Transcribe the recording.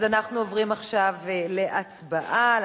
אנחנו עוברים עכשיו להצבעה בקריאה ראשונה